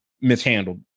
mishandled